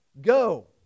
Go